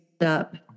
up